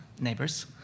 neighbors